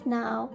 now